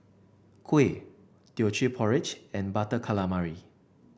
kuih Teochew Porridge and Butter Calamari